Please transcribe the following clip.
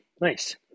Nice